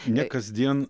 ne kasdien